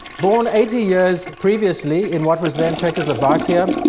born eighty years previously in what was then czechoslovakia,